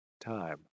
time